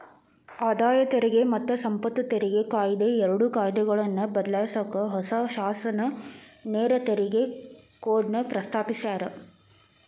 ಆದಾಯ ತೆರಿಗೆ ಮತ್ತ ಸಂಪತ್ತು ತೆರಿಗೆ ಕಾಯಿದೆ ಎರಡು ಕಾಯ್ದೆಗಳನ್ನ ಬದ್ಲಾಯ್ಸಕ ಹೊಸ ಶಾಸನ ನೇರ ತೆರಿಗೆ ಕೋಡ್ನ ಪ್ರಸ್ತಾಪಿಸ್ಯಾರ